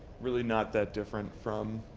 really not that different from